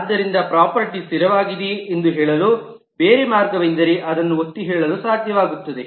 ಆದ್ದರಿಂದ ಪ್ರಾಪರ್ಟೀ ಸ್ಥಿರವಾಗಿದೆಯೆ ಎಂದು ಹೇಳಲು ಬೇರೆ ಮಾರ್ಗವೆಂದರೆ ಅದನ್ನು ಒತ್ತಿಹೇಳಲು ಸಾಧ್ಯವಾಗುತ್ತದೆ